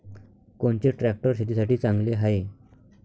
कोनचे ट्रॅक्टर शेतीसाठी चांगले हाये?